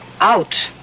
Out